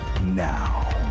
now